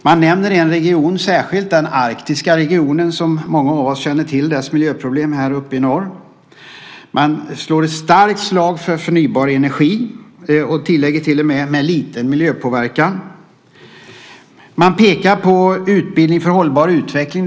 Man nämner särskilt en region, den arktiska regionen här uppe i norr. Många av oss känner ju till dess miljöproblem. Man slår ett starkt slag för förnybar energi - med liten miljöpåverkan, tillägger man till och med. Man pekar på utbildning för hållbar utveckling.